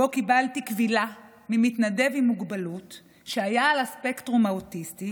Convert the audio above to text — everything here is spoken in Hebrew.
שבו קיבלתי קבילה ממתנדב עם מוגבלות שהיה על הספקטרום האוטיסטי.